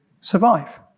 survive